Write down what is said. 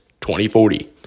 2040